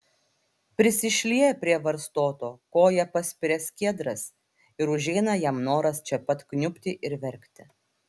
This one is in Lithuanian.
prisišlieja prie varstoto koja paspiria skiedras ir užeina jam noras čia pat kniubti ir verkti